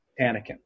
Anakin